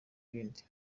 ibindi